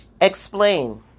explain